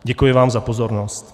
Děkuji vám za pozornost.